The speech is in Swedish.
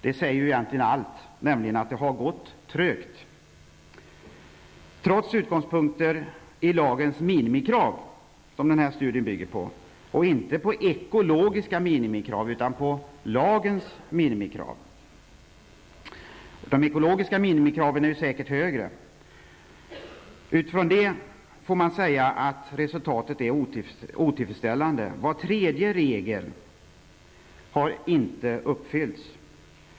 Detta säger egentligen allt, nämligen att det har gått trögt. Trots att utredningen haft lagens minimikrav som utgångspunkt -- inte ekologiska minimikrav, utan lagens minimikrav, och de ekologiska minimikraven är säkert högre -- får man säga att resultatet är otillfredsställande. Var tredje regel har inte uppfyllts.